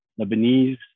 Lebanese